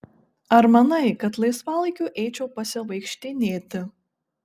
ar manai kad laisvalaikiu eičiau pasivaikštinėti